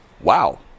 Wow